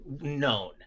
known